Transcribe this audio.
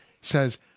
says